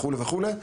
וכולי וכולי.